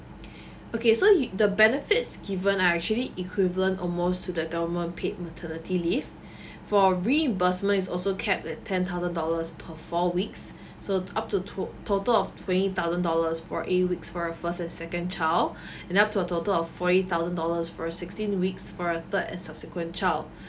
okay so the benefits given are actually equivalent almost to the government paid maternity leave for reimbursement is also cap at ten thousand dollars per four weeks so up to total of twenty thousand dollars for eight weeks for a first and second child and up to a total of forty thousand dollars for a sixteen weeks for a third and subsequent child